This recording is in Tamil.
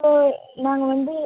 ஸோ நாங்கள் வந்து